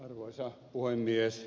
arvoisa puhemies